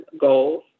goals